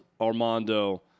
Armando